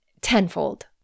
tenfold